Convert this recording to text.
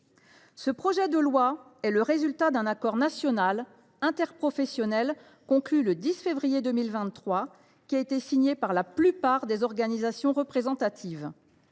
Le projet de loi est le résultat d’un accord national interprofessionnel conclu le 10 février 2023 et signé par la plupart des organisations représentatives.